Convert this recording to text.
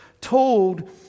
told